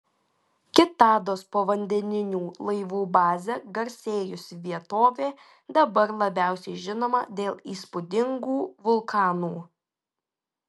kitados povandeninių laivų baze garsėjusi vietovė dabar labiausiai žinoma dėl įspūdingų vulkanų